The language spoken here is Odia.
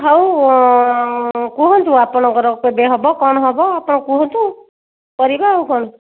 ହଉ କୁହନ୍ତୁ ଆପଣଙ୍କର କେବେ ହେବ କ'ଣ ହେବ ଆପଣ କୁହନ୍ତୁ କରିବା ଆଉ କ'ଣ